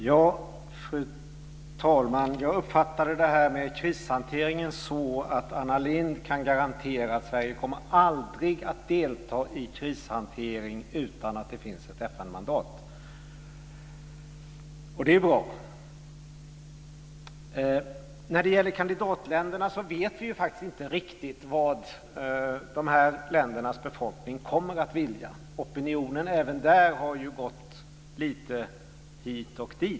Fru talman! Jag uppfattade detta med krishantering så att Anna Lindh kan garantera att Sverige aldrig kommer att delta i krishantering utan att det finns ett FN-mandat, och det är bra. När det gäller kandidatländerna vet vi faktiskt inte riktigt vad dessa länders befolkning kommer att vilja. Opinionen även där har ju gått lite hit och dit.